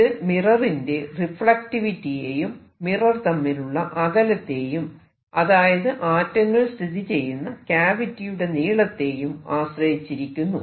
ഇത് മിററിന്റെ റിഫ്ലക്റ്റിവിറ്റിയെയും മിറർ തമ്മിലുള്ള അകലത്തെയും അതായത് ആറ്റങ്ങൾ സ്ഥിതിചെയ്യുന്ന ക്യാവിറ്റിയുടെ നീളത്തെയും ആശ്രയിച്ചിരിക്കുന്നു